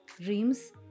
dreams